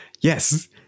Yes